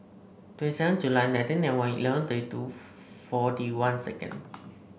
twenty seven July nineteen ninety one eleven thirty two forty one second